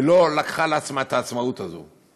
ולא לקחה על עצמה את העצמאות הזאת,